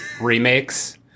remakes